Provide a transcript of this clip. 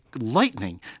lightning